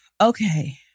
okay